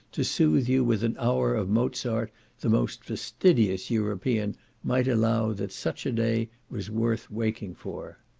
to soothe you with an hour of mozart the most fastidious european might allow that such a day was worth waking for.